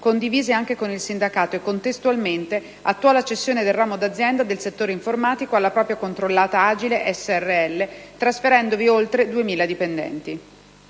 condivise anche con il sindacato e, contestualmente, attuò la cessione del ramo d'azienda del settore informatico alla propria controllata Agile Srl, trasferendovi oltre 2.000 dipendenti.